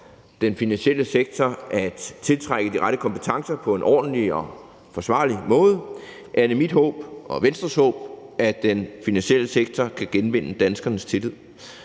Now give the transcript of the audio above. den finansielle sektor at tiltrække de rette kompetencer på en ordentlig og forsvarlig måde, er det mit håb og Venstres håb, at den finansielle sektor kan genvinde danskernes tillid.